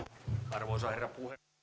arvoisa herra